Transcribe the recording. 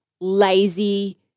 lazy